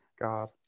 God